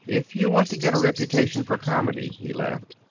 if you want to get a reputation for comedy, he laughed,